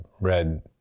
read